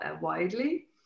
widely